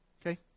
Okay